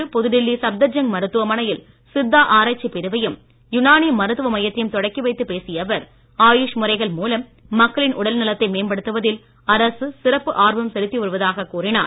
இன்று புதுடில்லி சப்தர்ஜங் மருத்துவமனையில் சித்தா ஆராய்ச்சிப் பிரிவையும் யுனானி மருத்துவ மையத்தையும் தொடக்கிவைத்துப் பேசிய அவர் ஆயுஷ் முறைகள் மூலம் மக்களின் உடல்நலத்தை மேம்படுத்துவதில் அரசு சிறப்பு ஆர்வம் செலுத்தி வருவதாகக் கூறினார்